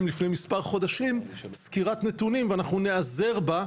לפני מספר חודשים סקירת נתונים ואנחנו ניעזר בה,